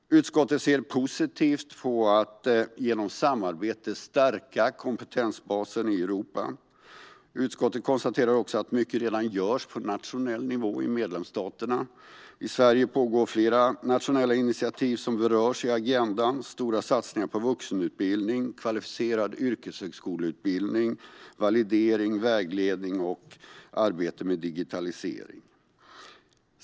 Utskottet ser positivt på att stärka kompetensbasen i Europa genom samarbete. Utskottet konstaterar att mycket redan görs på nationell nivå i medlemsstaterna. I Sverige pågår flera nationella initiativ som berörs i agendan: stora satsningar på vuxenutbildning, kvalificerad yrkeshögskoleutbildning, validering, vägledning och arbete med digitalisering.